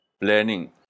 planning